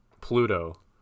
pluto